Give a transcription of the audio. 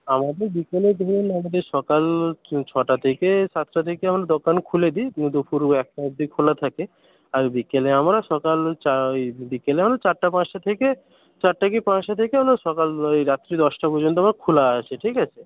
আমাদের বিকেলে ধরুন আমাদের সকাল ছটা থেকে সাতটা থেকে আমরা দোকান খুলে দিই দুপুর একটা অবধি খোলা থাকে আর বিকেলে আমরা সকাল ওই বিকেলে আমরা চারটে পাঁচটা থেকে চারটে কি পাঁচটা থেকে আপনার সকাল ওই রাত্রি দশটা পর্যন্ত খোলা আছে ঠিক আছে